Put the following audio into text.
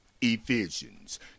Ephesians